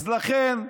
אז לכן,